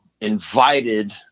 invited